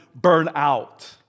burnout